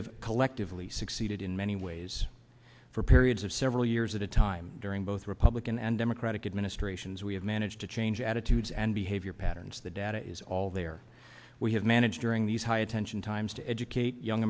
have collectively succeeded in many ways for periods of several years at a time during both republican and democratic administrations we have managed to change attitudes and behavior patterns the data is all there we have managed during these high attention times to educate young